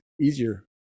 easier